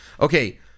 okay